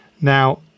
Now